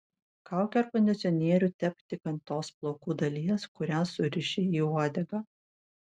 kaukę ar kondicionierių tepk tik ant tos plaukų dalies kurią suriši į uodegą